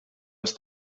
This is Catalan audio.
els